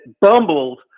bumbled